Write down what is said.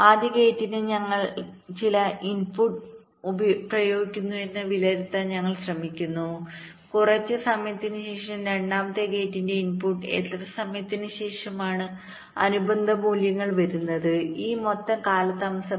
ആദ്യ ഗേറ്റിന് ഞങ്ങൾ ചില ഇൻപുട്ട് പ്രയോഗിക്കുന്നുവെന്ന് വിലയിരുത്താൻ ഞങ്ങൾ ശ്രമിക്കുന്നു കുറച്ച് സമയത്തിന് ശേഷം രണ്ടാമത്തെ ഗേറ്റിന്റെ ഇൻപുട്ടിന് എത്ര സമയത്തിന് ശേഷമാണ് അനുബന്ധ മൂല്യങ്ങൾ വരുന്നത് ഈ മൊത്തം കാലതാമസം